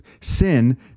Sin